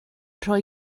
rhoi